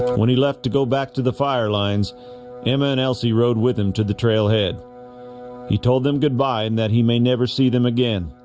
when he left to go back to the fire lines emma and elsie rode with him to the trailhead he told them goodbye and that he may never see them again